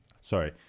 sorry